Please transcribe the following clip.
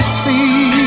see